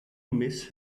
miss